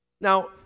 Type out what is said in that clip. Now